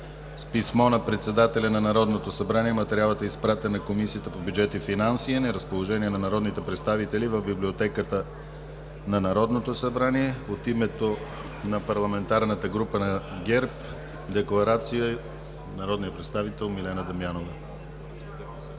С писмо на председателя на Народното събрание материалът е изпратен на Комисията по бюджет и финанси и е на разположение на народните представители в Библиотеката на Народното събрание. От името на парламентарната група на ГЕРБ за декларация има думата народният представител Милена Дамянова.